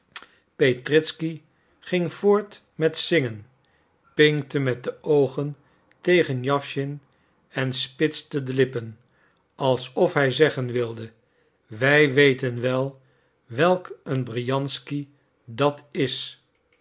petritzky ging voort met zingen pinkte met de oogen tegen jawschin en spitste de lippen alsof hij zeggen wilde wij weten wel welk een briansky dat is